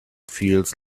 feels